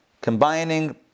combining